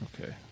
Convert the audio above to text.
Okay